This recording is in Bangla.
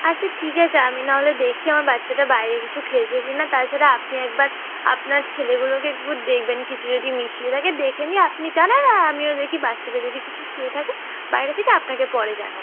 আচ্ছা ঠিক আছে আমি নাহলে দেখি আমার বাচ্চাটা বাইরে কিছু খেয়েছে কি না তাছাড়া আপনি একবার আপনার ছেলেগুলোকে একবার দেখবেন কিছু যদি মিশিয়ে থাকে দেখে নিয়ে আপনি জানান আর আমিও দেখি বাচ্চাটা যদি কিছু খেয়ে থাকে বাইরে থেকে আপনাকে পরে জানাচ্ছি